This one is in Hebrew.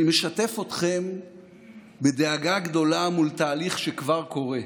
אני משתף אתכם בדאגה גדולה מול תהליך שכבר קורה.